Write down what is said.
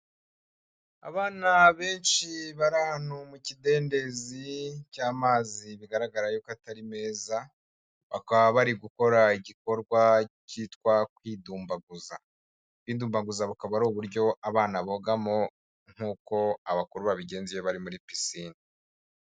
Abana benshi bari ahantu mu kidendezi cy'amazi bigaragara yuko atari meza, bakaba bari gukora igikorwa cyitwa kwidumbaguza. Kwidumbaguza bukaba ari uburyo abana bogamo nk'uko abakuru babigenza iyo bari muri pisine.